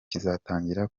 kizatangira